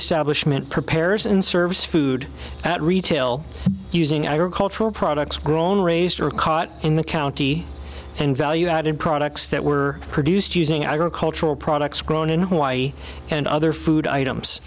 established prepares and serves food at retail using agricultural products grown raised or caught in the county and value added products that were produced using agricultural products grown in hawaii and other food items